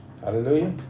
Hallelujah